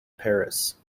paris